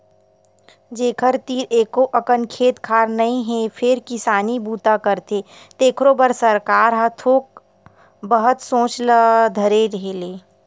जेखर तीर एको अकन खेत खार नइ हे फेर किसानी बूता करथे तेखरो बर सरकार ह थोक बहुत सोचे ल धर ले हे